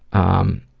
um,